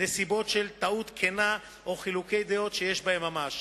נסיבות של טעות כנה או חילוקי דעות שיש בהם ממש